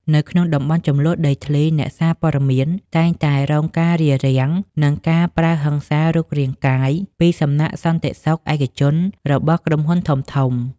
នៅក្នុងតំបន់ជម្លោះដីធ្លី អ្នកសារព័ត៌មានតែងតែរងការរារាំង និងការប្រើហិង្សារូបរាងកាយពីសំណាក់សន្តិសុខឯកជនរបស់ក្រុមហ៊ុនធំៗ។